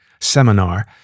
seminar